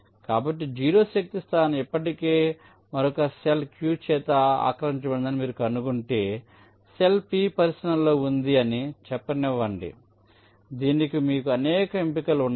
కాబట్టి 0 శక్తి స్థానం ఇప్పటికే మరొక సెల్ q చేత ఆక్రమించబడిందని మీరు కనుగొంటే సెల్ p పరిశీలనలో ఉంది అని చెప్పనివ్వండి దీనికి మీకు అనేక ఎంపికలు ఉన్నాయి